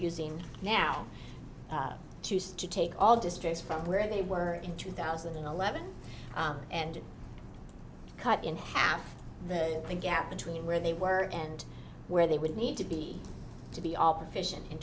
using now choose to take all districts from where they were in two thousand and eleven and cut in half the gap between where they were and where they would need to be to be all provision in